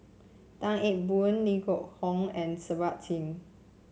Tan Eng Bock Leo Hee Tong and Kirpal Singh